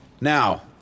Now